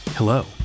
Hello